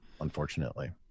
unfortunately